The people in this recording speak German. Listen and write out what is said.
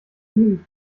wenige